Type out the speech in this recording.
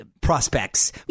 prospects